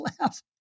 laugh